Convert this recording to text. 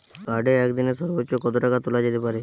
কার্ডে একদিনে সর্বোচ্চ কত টাকা তোলা যেতে পারে?